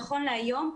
נכון להיום,